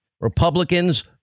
Republicans